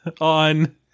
on